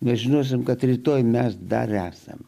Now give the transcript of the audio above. nes žinosime kad rytoj mes dar esam